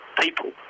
people